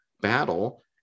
Battle